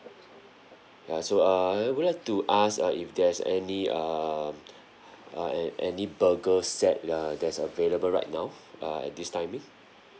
ya so err I would like to ask uh if there's any um uh an~ any burger set uh that's available right now uh at this timing